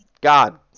God